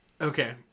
Okay